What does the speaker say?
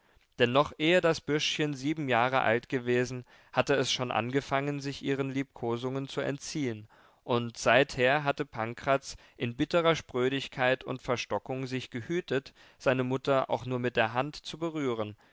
noch ehe das bürschchen sieben jahre alt gewesen hatte es schon angefangen sich ihren liebkosungen zu entziehen und seither hatte pankraz in bitterer sprödigkeit und verstockung sich gehütet seine mutter auch nur mit der hand zu berühren